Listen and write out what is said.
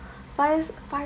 five years five